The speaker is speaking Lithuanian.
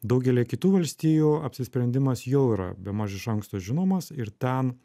daugelyje kitų valstijų apsisprendimas jau yra bemaž iš anksto žinomas ir ten